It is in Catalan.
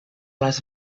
les